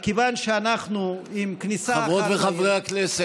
מכיוון שאנחנו עם כניסה אחת לעיר,